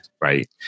Right